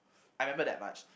I remember that much